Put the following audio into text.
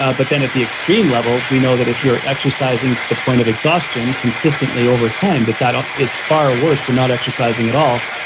ah but then at the extreme levels, we know that if you're exercising to the point of exhaustion consistently over time that that is far worse than not exercising at all,